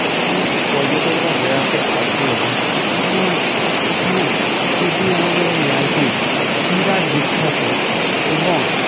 এখানে তো পর্যটকরা বেড়াতে আসে নি কারণ এখানে কৃষ্ণনগরের লাইটিং বিরাট বিখ্যাত এবং